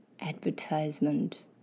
Advertisement